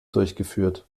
durchgeführt